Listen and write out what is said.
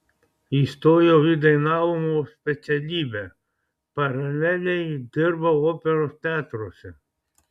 įstojau į dainavimo specialybę paraleliai dirbau operos teatruose